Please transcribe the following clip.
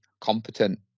competent